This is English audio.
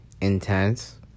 Intense